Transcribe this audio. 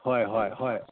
ꯍꯣꯏ ꯍꯣꯏ ꯍꯣꯏ